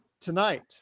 tonight